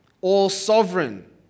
all-sovereign